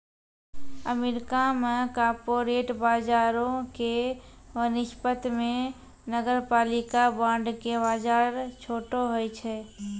America मे corporate बजारो के वनिस्पत मे नगरपालिका बांड के बजार छोटो होय छै